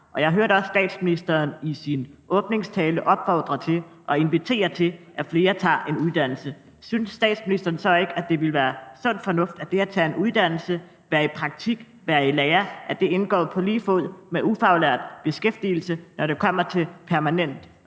Jeg hørte også statsministeren i sin åbningstale opfordre og invitere til, at flere tager en uddannelse. Synes statsministeren så ikke, at det ville være sund fornuft, at det at tage en uddannelse, at være i praktik eller være i lære indgår på lige fod med ufaglært beskæftigelse, når det kommer til permanent